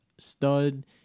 Stud